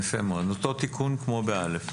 יפה מאוד, אותו תיקון כמו ב-(א).